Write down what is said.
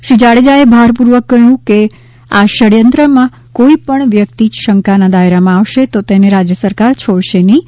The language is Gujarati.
શ્રી જાડેજા એ ભારપૂર્વક કહ્યું છે કે આ ષડયંત્રમાં કોઈ પણ વ્યક્તિ શંકાના દાયરામાં આવશે તો તેને રાજ્ય સરકાર છોડશે નહીં